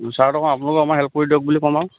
ছাৰহঁতক কম আপোনালোকে আমাক হেল্প কৰি দিয়ক বুলি কম আৰু